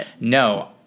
No